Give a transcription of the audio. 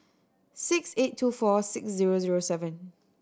six eight two four six zero zero seven